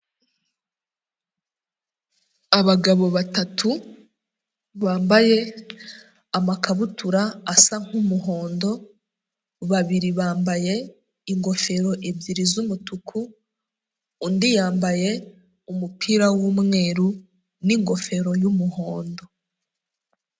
Abagabo batatu bambaye amakabutura asa nk'umuhondo, babiri bambaye ingofero ebyiri z'umutuku, undi yambaye umupira w'umweru n'ingofero y'umuhondo.